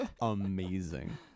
amazing